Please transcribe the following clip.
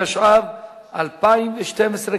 התשע"ב 2012,